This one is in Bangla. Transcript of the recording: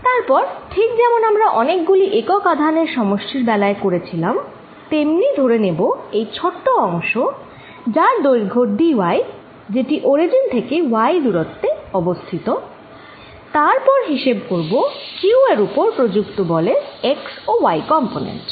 তারপর ঠিক যেমন আমরা অনেকগুলি একক আধানের সমষ্টির বেলায় করেছিলাম তেমনি ধরে নেব এই ছোট অংশ যার দৈর্ঘ্য dy যেটি অরিজিন থেকে y দূরত্বে অবস্থিত তারপর হিসাব করব q এর উপর প্রযুক্ত বলের x ও y কম্পনেন্ট